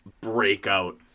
breakout